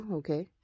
okay